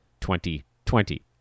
2020